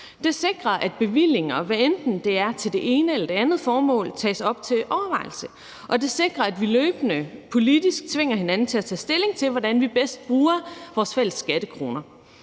Det sikrer, at bevillinger, hvad enten det er til det ene eller det andet formål, tages op til overvejelse, og det sikrer, at vi løbende politisk tvinger hinanden til at tage stilling til, hvordan vi bedst bruger vores fælles skattekroner.